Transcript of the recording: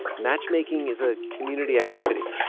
matchmaking is a community activity.